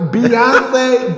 Beyonce